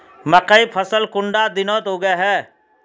मकई फसल कुंडा दिनोत उगैहे?